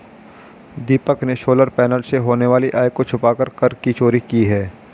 दीपक ने solar panel से होने वाली आय को छुपाकर कर की चोरी की है